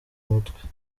mutwe